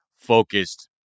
focused